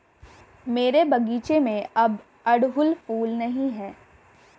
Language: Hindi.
मेरे बगीचे में अब अड़हुल फूल नहीं हैं